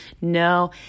No